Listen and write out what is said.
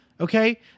Okay